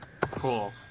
Cool